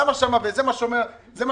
למה שם וזה מה שאומר היושב-ראש,